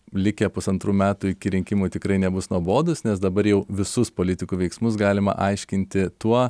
likę pusantrų metų iki rinkimų tikrai nebus nuobodūs nes dabar jau visus politikų veiksmus galima aiškinti tuo